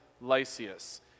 Lysias